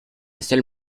seule